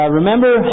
remember